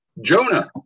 Jonah